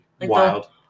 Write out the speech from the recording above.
wild